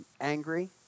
angry